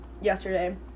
yesterday